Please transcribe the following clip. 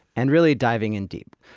and really diving in deep.